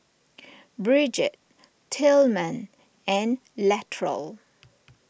Brigitte Tilman and Latrell